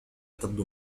تبدو